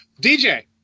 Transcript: DJ